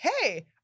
hey